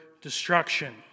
destruction